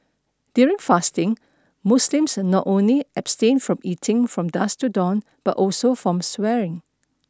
during fasting Muslims not only abstain from eating from dusk to dawn but also from swearing